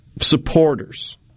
supporters